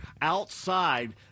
outside